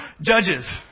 Judges